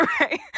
right